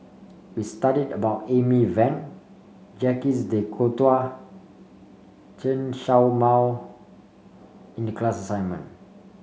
we studied about Amy Van Jacques De Coutre Chen Show Mao in the class assignment